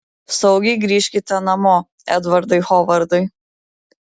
saugiai grįžkite namo edvardai hovardai